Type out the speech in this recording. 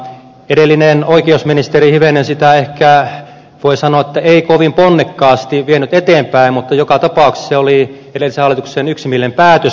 edellinen oikeusministeri sitä ehkä voi sanoa ei kovin ponnekkaasti vienyt eteenpäin mutta joka tapauksessa se oli edellisen hallituksen yksimielinen päätös